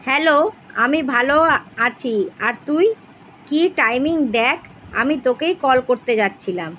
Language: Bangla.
হ্যালো আমি ভালো আছি আর তুই কী টাইমিং দেখ আমি তোকেই কল করতে যাচ্ছিলাম